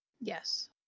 yes